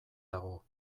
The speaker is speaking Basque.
dago